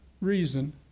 reason